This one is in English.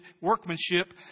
workmanship